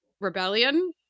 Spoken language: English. rebellion